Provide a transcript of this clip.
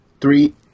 Three